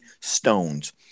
stones